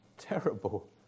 Terrible